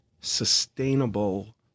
sustainable